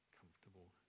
comfortable